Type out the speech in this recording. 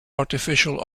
artificial